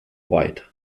white